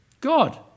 God